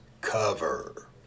cover